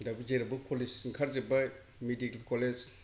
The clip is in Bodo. दा बे जेरावबो कलेज ओंखार जोबबाय मेडिकेल कलेज